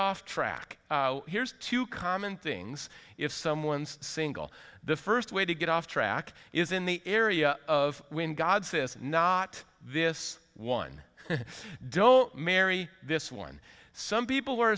off track here's to common things if someone's single the first way to get off track is in the area of when god's this is not this one don't marry this one some people were